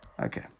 okay